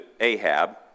Ahab